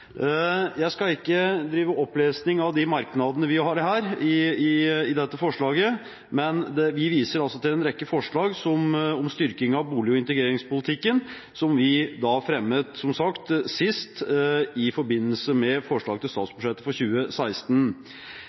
Jeg skal ikke drive opplesning av de merknadene vi har her i denne innstillingen, men vi viser til en rekke forslag om styrking av bolig- og integreringspolitikken, som vi som sagt fremmet sist i forbindelse med forslaget til statsbudsjett for 2016.